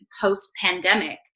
post-pandemic